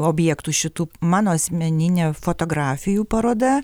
objektų šitų mano asmeninė fotografijų paroda